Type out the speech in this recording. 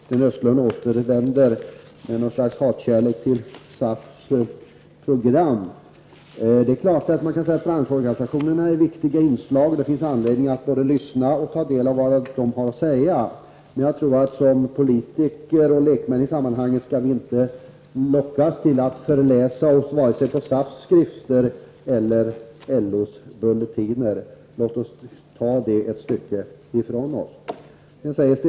Sten Östlund återvänder med något slags hatkärlek till SAFs program. Branschorganisationerna är naturligtvis viktiga inslag, och det finns anledning att både lyssna till dem och ta del av vad de har att säga. Som politiker och lekmän i sammanhanget tror jag dock att vi inte skall lockas till att förläsa oss vare sig på SAFs skrifter eller LOs bulletiner. Låt oss hålla detta en bit ifrån oss!